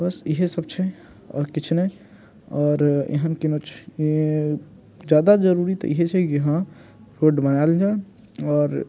बस इएहसभ छै आओर किछु नहि आओर एहन कोनो ज्यादा जरूरी तऽ इएह छै कि यहाँ रोड बनायल जाय आओर